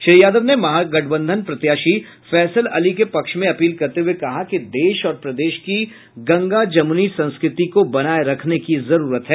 श्री यादव ने महागठबंधन प्रत्याशी फैसल अली के पक्ष में अपील करते हुए कहा कि देश और प्रदेश की गंगा जमुनी संस्कृति को बनाये रखने की जरूरत है